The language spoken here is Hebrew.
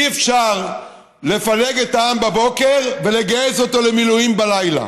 אי-אפשר לפלג את העם בבוקר ולגייס אותו למילואים בלילה.